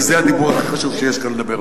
כי זה הדיבור הכי חשוב שיש כאן לדבר.